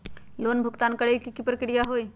Loan भुगतान करे के की की प्रक्रिया होई?